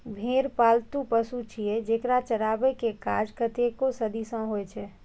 भेड़ पालतु पशु छियै, जेकरा चराबै के काज कतेको सदी सं होइ छै